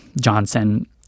Johnson